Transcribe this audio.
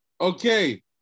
Okay